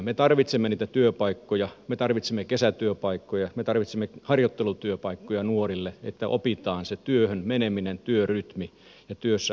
me tarvitsemme niitä työpaikkoja me tarvitsemme kesätyöpaikkoja me tarvitsemme harjoittelutyöpaikkoja nuorille että opitaan se työhön meneminen työrytmi ja työssä oleminen